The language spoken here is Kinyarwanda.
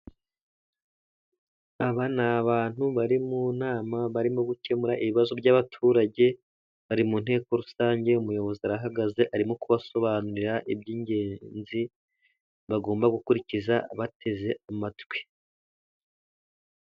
Aba ni abantu bari mu nama barimo gukemura ibibazo by'abaturage, bari mu nteko rusange. Umuyobozi arahagaze arimo kubasobanurira iby'ingenzi bagomba gukurikiza, bateze amatwi.